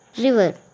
river